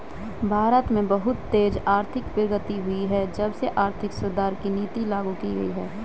भारत में बहुत तेज आर्थिक प्रगति हुई है जब से आर्थिक सुधार की नीति लागू की गयी है